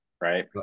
right